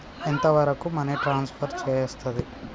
ఎంత వరకు money transfer చేయస్తది?